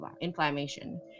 inflammation